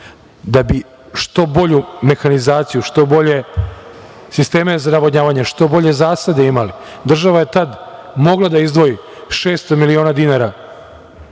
da bi što bolju mehanizaciju, što bolje sisteme za navodnjavanje, što bolje zasade imali država je tada mogla da izdvoji 600 miliona dinara